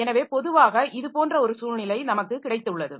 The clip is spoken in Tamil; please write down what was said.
எனவே பொதுவாக இது போன்ற ஒரு சூழ்நிலை நமக்கு கிடைத்துள்ளது